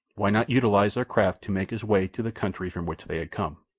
why not utilize their craft to make his way to the country from which they had come?